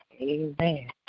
Amen